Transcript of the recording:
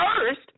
first